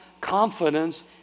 confidence